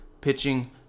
pitching